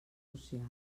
socials